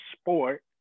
sport